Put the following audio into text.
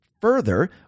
further